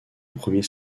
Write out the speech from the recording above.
premier